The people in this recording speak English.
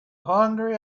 hungry